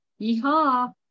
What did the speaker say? Yeehaw